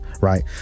Right